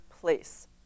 place